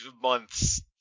months